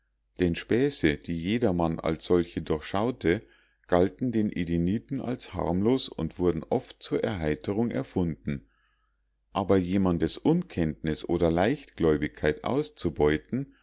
denn späße die jedermann als solche durchschaute galten den edeniten als harmlos und wurden oft zur erheiterung erfunden aber jemandes unkenntnis oder leichtgläubigkeit auszubeuten